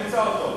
תמצא אותו.